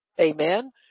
Amen